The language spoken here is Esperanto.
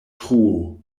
truo